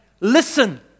listen